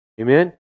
Amen